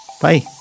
Bye